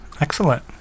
Excellent